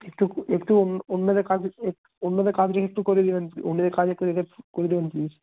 একটু একটু অন্য অন্যদের কাজ এক অন্যদের কাজগুলো একটু করে দেবেন অন্যদের কাজ একটু রেখে করে দিবেন প্লিস